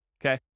Okay